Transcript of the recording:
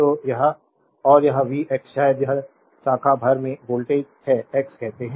तो यह और यह वी एक्स शायद यह शाखा भर में वोल्टेज है एक्स कहते हैं